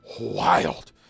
wild